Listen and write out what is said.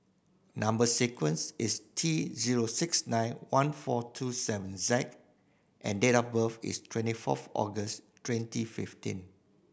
number sequence is T zero six nine one four two seven Z and date of birth is twenty fourth August twenty fifteen